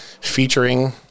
featuring